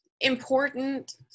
important